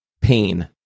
pain